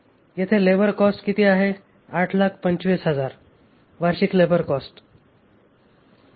येथे labour cost किती आहे 825000 वार्षिक लेबर कॉस्ट आहे